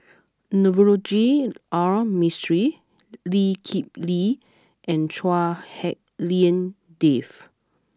Navroji R Mistri Lee Kip Lee and Chua Hak Lien Dave